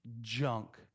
junk